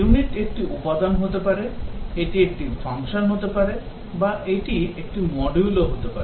unit একটি উপাদান হতে পারে এটি একটি ফাংশন হতে পারে বা এটি একটি মডিউল হতে পারে